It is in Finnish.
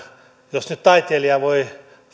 jos taiteilijaa nyt voi